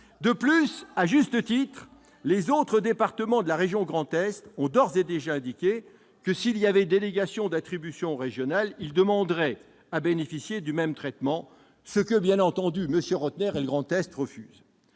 De plus, et ce à juste titre, les autres départements de la région Grand Est ont d'ores et déjà indiqué que, s'il y avait délégation d'attributions régionales, ils demanderaient à bénéficier du même traitement, ce que M. Rottner et la région Grand Est refusent.